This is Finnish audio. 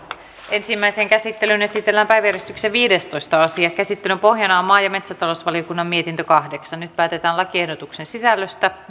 ensimmäiseen käsittelyyn esitellään päiväjärjestyksen viidestoista asia käsittelyn pohjana on maa ja metsätalousvaliokunnan mietintö kahdeksan nyt päätetään lakiehdotusten sisällöstä